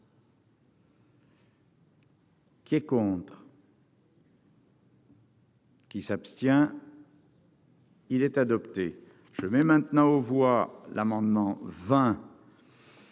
qui est pour. Qui s'abstient. Il est adopté, je mets maintenant aux voix l'amendement 20.